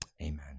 amen